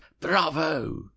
Bravo